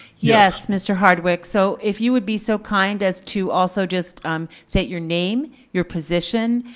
yes, mr. hardwick. so if you would be so kind as to also just state your name, your position,